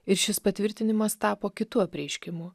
ir šis patvirtinimas tapo kitu apreiškimu